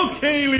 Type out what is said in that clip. Okay